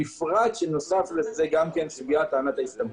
בפרט שנוסף לזה גם סוגית טענת ההסתמכות.